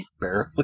Barely